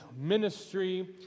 ministry